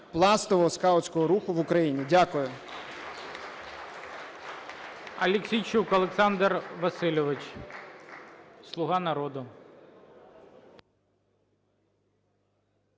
пластового скаутського руху в Україні. Дякую.